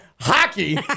Hockey